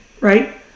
right